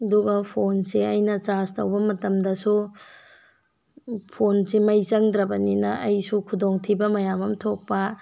ꯑꯗꯨꯒ ꯐꯣꯟꯁꯦ ꯑꯩꯅ ꯆꯥꯔꯖ ꯇꯧꯕ ꯃꯇꯝꯗꯁꯨ ꯐꯣꯟꯁꯦ ꯃꯩ ꯆꯪꯗ꯭ꯔꯕꯅꯤꯅ ꯑꯩꯁꯨ ꯈꯨꯗꯣꯡꯊꯤꯕ ꯃꯌꯥꯝ ꯑꯃ ꯊꯣꯛꯄ